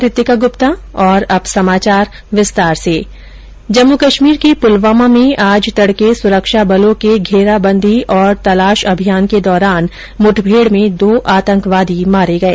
जम्मू कश्मीर के पुलवामा में आज तड़के सुरक्षा बलों के घेराबंदी और तलाश अभियान के दौरान मुठभेड़ में दो आतंकवादी मारे गए